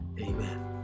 amen